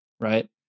right